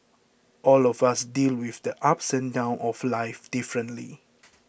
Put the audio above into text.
all of us deal with the ups and downs of life differently